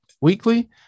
weekly